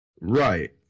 Right